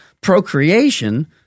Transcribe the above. procreation